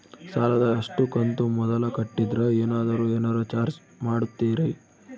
ಸಾಲದ ಅಷ್ಟು ಕಂತು ಮೊದಲ ಕಟ್ಟಿದ್ರ ಏನಾದರೂ ಏನರ ಚಾರ್ಜ್ ಮಾಡುತ್ತೇರಿ?